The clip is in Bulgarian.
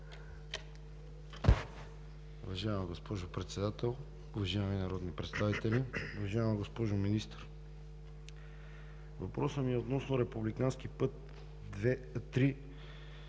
Уважаема госпожо Председател, уважаеми народни представители! Уважаема госпожо Министър, въпросът ми е относно републикански път